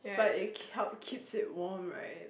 but it can help to keep it warm right